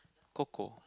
Coco